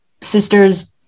sister's